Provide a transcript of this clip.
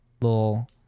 little